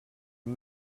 amb